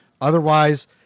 Otherwise